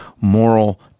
moral